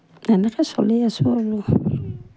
এনেকৈ চলি আছোঁ আৰু